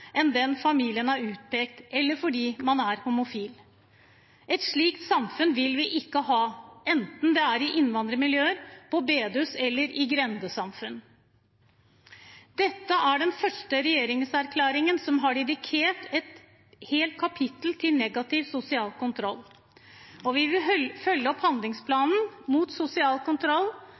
enn den familien har utpekt, eller fordi man er homofil. Et slikt samfunn vil vi ikke ha, enten det er i innvandrermiljøer, på bedehus eller i grendesamfunn. Dette er den første regjeringserklæringen som har dedikert et helt kapittel til negativ sosial kontroll, og vi vil følge opp handlingsplanen mot sosial kontroll,